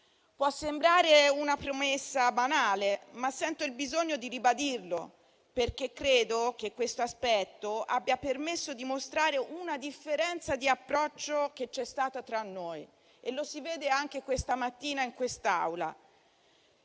Può sembrare una premessa banale, ma sento il bisogno di ribadirlo, perché credo che questo aspetto abbia permesso di mostrare una differenza di approccio che c'è stata tra noi, e lo si vede anche questa mattina in quest'Aula: